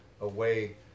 Away